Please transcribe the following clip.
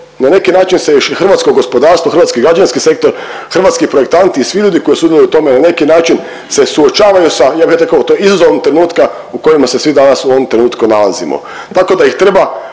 na neki način se još i hrvatsko gospodarsko, hrvatski građevinski sektor, hrvatski projektanti i svi ljudi koji sudjeluju u tome na neki način se suočavaju sa ja bih rekao tim izazovom trenutka u kojima se svi danas u ovom trenutku nalazimo, tako da ih treba